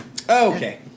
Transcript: Okay